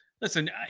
Listen